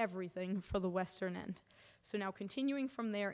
everything from the western end so now continuing from there